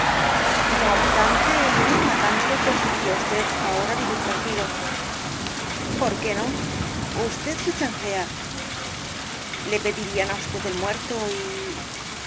no obstante ni aun matándole conseguiría usted ahora vivir tranquilo por qué no usted se chancea le pedirían á usted el muerto y